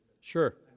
sure